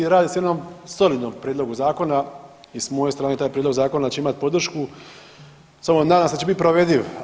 Radi se o jednom solidnom prijedlogu zakona i s moje strane taj prijedlog zakona će imati podršku, samo nadam se da će biti provediv.